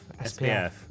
SPF